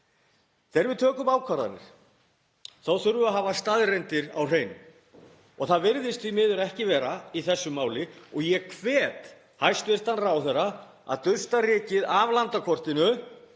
Þegar við tökum ákvarðanir þurfum við að hafa staðreyndir á hreinu og það virðist því miður ekki vera í þessu máli. Ég hvet hæstv. ráðherra að dusta rykið af landakortinu